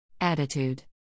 Attitude